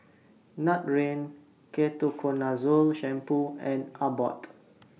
Nutren Ketoconazole Shampoo and Abbott